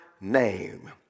name